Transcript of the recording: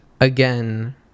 again